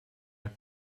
have